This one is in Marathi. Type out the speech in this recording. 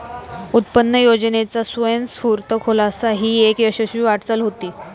उत्पन्न योजनेचा स्वयंस्फूर्त खुलासा ही एक यशस्वी वाटचाल होती